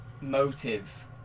motive